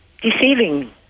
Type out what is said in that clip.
deceiving